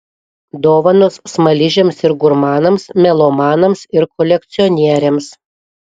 dovanos smaližiams ir gurmanams melomanams ir kolekcionieriams